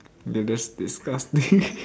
dude that's disgusting